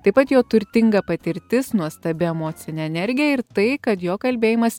taip pat jo turtinga patirtis nuostabi emocinė energija ir tai kad jo kalbėjimas